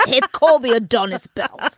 it's called the adonis belt.